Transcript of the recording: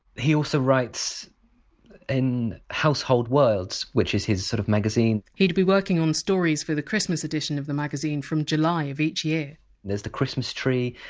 he also writes in household words, which is his sort of magazine he! d be working on stories for the christmas edition of the magazine from july of each year there's the christmas tree,